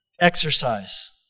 exercise